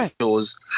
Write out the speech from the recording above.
shows